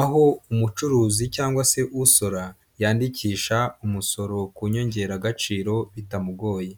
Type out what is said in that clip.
aho umucuruzi cyangwa se usora yandikisha umusoro ku nyongeragaciro bitamugoye.